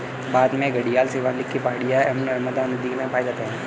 भारत में घड़ियाल शिवालिक की पहाड़ियां एवं नर्मदा नदी में पाए जाते हैं